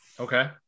Okay